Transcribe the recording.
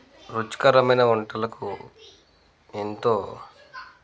రుచికరమైన వంటలకు ఎంతో